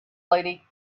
lady